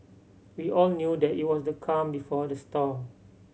we all knew that it was the calm before the storm